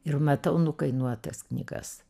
ir matau nukainuotas knygas